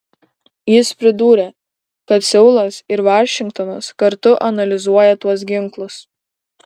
jis pridūrė kad seulas ir vašingtonas kartu analizuoja tuos ginklus